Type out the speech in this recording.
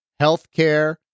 healthcare